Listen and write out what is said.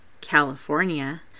california